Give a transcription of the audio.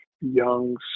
young